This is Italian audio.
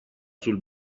sul